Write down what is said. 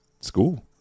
school